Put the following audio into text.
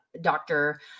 doctor